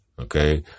okay